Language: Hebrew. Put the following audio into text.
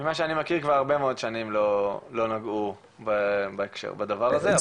ממה שאני מכיר כבר הרבה מאוד שנים לא נגעו בדבר הזה.